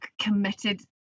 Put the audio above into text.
committed